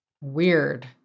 Weird